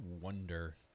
wonder